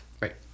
right